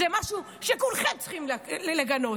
זה משהו שכולכם צריכים לגנות.